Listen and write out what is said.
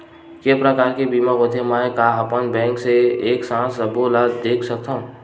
के प्रकार के बीमा होथे मै का अपन बैंक से एक साथ सबो ला देख सकथन?